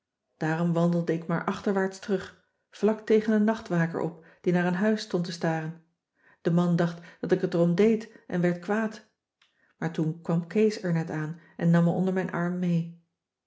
daarom wandelde ik maar achterwaarts terug vlak tegen een nachtwaker op die naar een huis stond te staren de man dacht dat ik het er om deed en werd kwaad maar toen kwam kees er net aan en nam me onder mijn arm mee